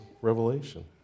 Revelation